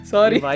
Sorry